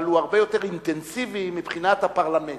אבל הוא הרבה יותר אינטנסיבי מבחינת הפרלמנט.